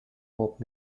pop